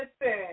Listen